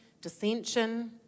dissension